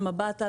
מבט על,